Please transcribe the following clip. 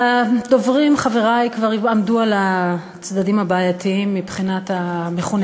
הדוברים חברי כבר עמדו על הצדדים הבעייתיים מבחינת המכוּנה